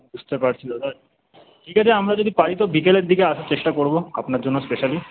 বুঝতে পারছি দাদা ঠিক আছে আমরা যদি পারি তো বিকেলের দিকে আসার চেষ্টা করব আপনার জন্য স্পেশালি